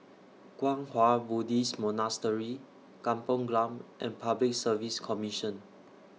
Kwang Hua Buddhist Monastery Kampong Glam and Public Service Commission